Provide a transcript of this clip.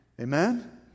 Amen